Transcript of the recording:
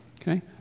Okay